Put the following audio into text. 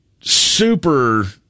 super